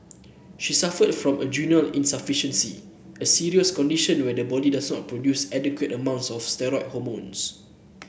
she suffered from adrenal insufficiency a serious condition where the body does not produce adequate amounts of steroid hormones